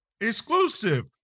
Exclusive